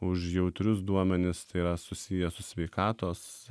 už jautrius duomenis tai yra susiję su sveikatos